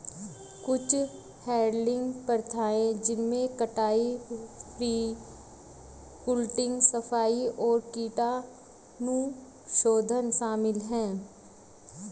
कुछ हैडलिंग प्रथाएं जिनमें कटाई, प्री कूलिंग, सफाई और कीटाणुशोधन शामिल है